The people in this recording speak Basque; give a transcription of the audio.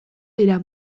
dira